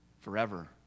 forever